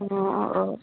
অঁ অঁ